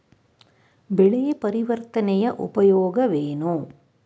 ಬೆಳೆ ಪರಿವರ್ತನೆಯ ಉಪಯೋಗವೇನು?